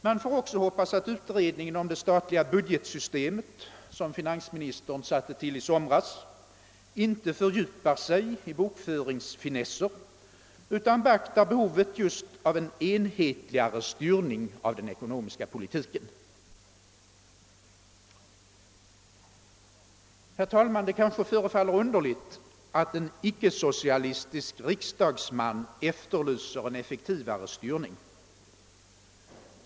Man får också hoppas att utredningen om det statliga budgetsystemet, som finansministern tillsatte i somras, inte fördjupar sig i bokföringsfinesser utan beaktar behovet av enhetligare styrning av den ekonomiska politiken. Det kanske förefaller underligt att en icke-socialistisk riksdagsman efterlyser en effektivare styrning.